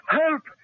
help